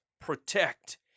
Protect